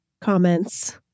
comments